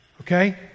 okay